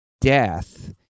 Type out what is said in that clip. death